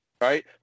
right